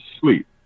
sleep